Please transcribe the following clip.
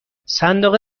صندوق